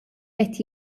qed